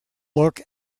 look